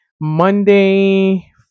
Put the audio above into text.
Monday